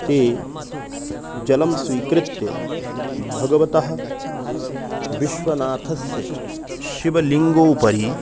ते जलं स्वीकृत्य भगवतः विश्वनाथस्य शिवलिङ्गोपरि